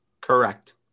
Correct